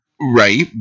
Right